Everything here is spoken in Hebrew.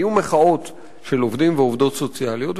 היו מחאות של עובדים ועובדות סוציאליים,